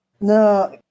No